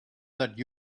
that